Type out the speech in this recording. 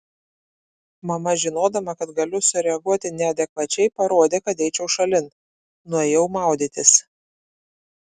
mama žinodama kad galiu sureaguoti neadekvačiai parodė kad eičiau šalin nuėjau maudytis